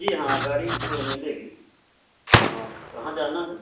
जी हाँ गाड़ी तो मिलेगी हाँ कहाँ जाना है